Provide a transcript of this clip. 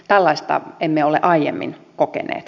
tällaista emme ole aiemmin kokeneet